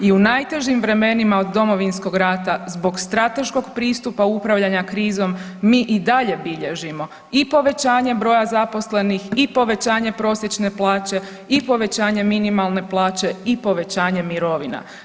I u najtežim vremenima od Domovinskog rata zbog strateškog pristupa upravljanja krizom mi i dalje bilježimo i povećanje broja zaposlenih i povećanje prosječne plaće i povećanje minimalne plaće i povećanje mirovina.